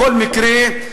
בכל מקרה,